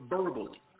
verbally